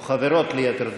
או חברות, ליתר דיוק.